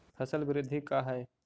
फसल वृद्धि का है?